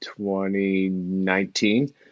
2019